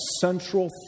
central